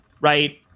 right